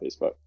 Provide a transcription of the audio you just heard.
Facebook